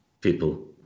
people